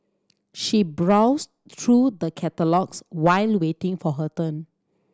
she browsed through the catalogues while waiting for her turn